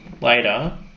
later